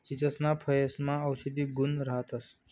चीचसना फयेसमा औषधी गुण राहतंस